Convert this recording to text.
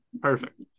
Perfect